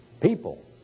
people